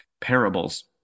parables